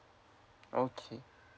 okay